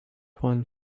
one